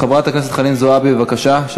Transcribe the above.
חברת הכנסת חנין זועבי, בבקשה.